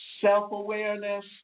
self-awareness